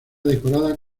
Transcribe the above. decorada